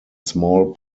small